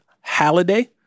Halliday